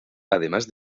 además